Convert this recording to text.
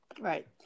Right